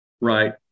right